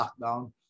lockdown